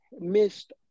missed